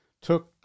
took